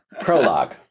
prologue